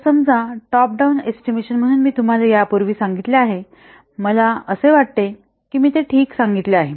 तर समजा top down estimation म्हणून मी तुम्हाला यापूर्वी सांगितले आहे मला असे वाटते की मी ते ठीक सांगितले आहे